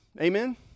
Amen